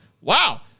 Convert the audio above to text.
Wow